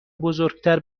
بزرگتر